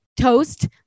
toast